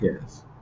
Yes